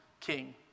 king